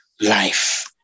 life